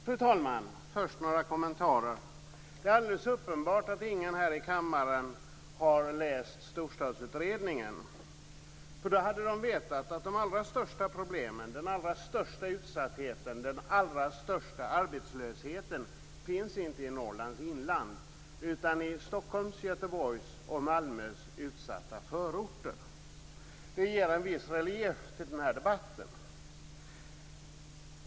Fru talman! Först några kommentarer. Det är alldeles uppenbart att ingen i denna kammare har läst Storstadsutredningen. Då hade man nämligen vetat att de allra största problemen, den allra största utsattheten och den allra största arbetslösheten inte finns i Norrlands inland, utan i Stockholms, Göteborgs och Malmös utsatta förorter. Detta ger debatten en viss relief.